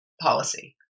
policy